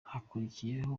hakurikiyeho